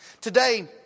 Today